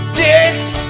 dicks